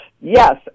Yes